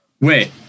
Wait